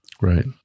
right